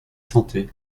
santé